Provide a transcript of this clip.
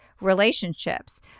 relationships